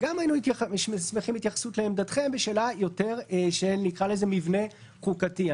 גם היינו שמחים להתייחסות לשאלה שנקרא לה "מבנה חוקתי".